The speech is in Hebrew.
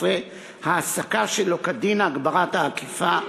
15) (העסקה שלא כדין הגברת האכיפה),